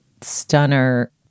stunner